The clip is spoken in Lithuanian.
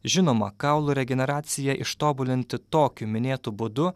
žinoma kaulų regeneraciją ištobulinti tokiu minėtu būdu